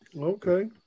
Okay